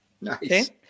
nice